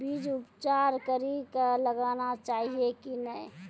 बीज उपचार कड़ी कऽ लगाना चाहिए कि नैय?